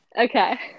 Okay